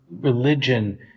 religion